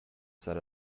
said